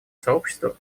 сообщество